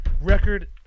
record